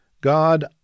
God